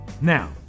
Now